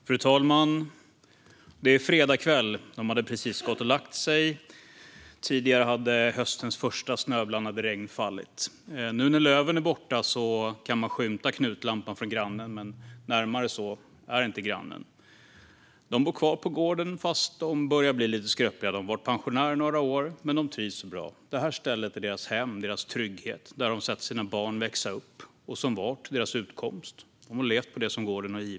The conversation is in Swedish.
Fru talman! Det är fredag kväll. De hade precis gått och lagt sig. Tidigare hade höstens första snöblandade regn fallit. Nu när löven är borta kan man skymta grannens knutlampa. Närmare än så är det inte till grannen. De bor kvar på gården fastän de börjar bli lite skröpliga. De har varit pensionärer i några år, men de trivs så bra. Det här stället är deras hem och deras trygghet, och det har också varit deras utkomst. De har levt på det som gården har gett.